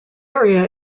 area